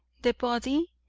the body,